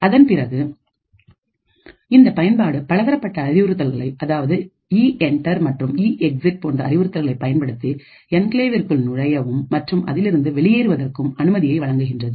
அதன் பிறகு இந்த பயன்பாடு பலதரப்பட்ட அறிவுறுத்தல்களை அதாவது இஎன்டர் மற்றும் இஎக்ஸிட் போன்ற அறிவுறுத்தல்களை பயன்படுத்தி என்கிளேவ்இற்குள் நுழையவும் மற்றும் அதிலிருந்து வெளியேறுவதற்கும் அனுமதியை வழங்குகின்றது